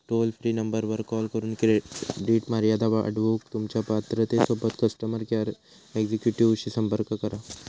toll free नंबरवर call करून credit मर्यादा वाढवूक तुमच्यो पात्रतेबाबत कस्टमर केअर एक्झिक्युटिव्हशी संपर्क करा